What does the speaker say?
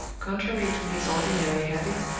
contrary to his ordinary habit,